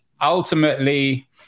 ultimately